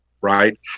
Right